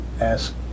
ask